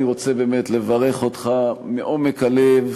אני רוצה באמת לברך אותך מעומק הלב.